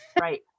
Right